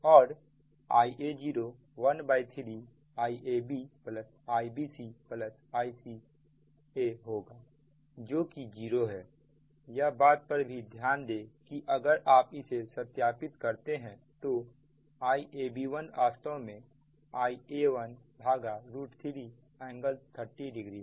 और Ia013 Iab Ibc Ica होगा जो कि 0 है यह बात पर भी ध्यान दें कि अगर आप इसे सत्यापित करते हैं तो Iab1वास्तव में Ia13 ∟300 है